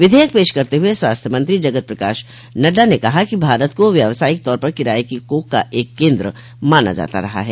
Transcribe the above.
विधेयक पेश करते हुए स्वास्थ्य मंत्री जगत प्रकाश नड्डा ने कहा कि भारत को व्यावसायिक तौर पर किराए की कोख का एक केंद्र माना जाता रहा है